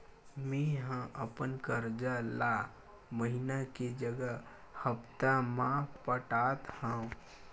मेंहा अपन कर्जा ला महीना के जगह हप्ता मा पटात हव